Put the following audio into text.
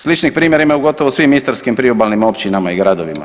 Sličnih primjera ima u gotovo svim istarskim priobalnim općinama i gradovima.